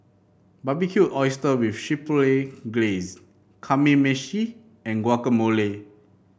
Barbecued Oyster with Chipotle Glaze Kamameshi and Guacamole